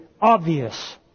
obvious